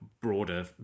broader